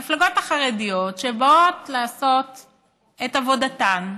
המפלגות החרדיות, שבאות לעשות את עבודתן.